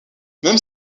même